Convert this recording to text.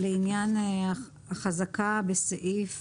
לעניין החזקה בסעיף